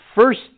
first